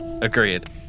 Agreed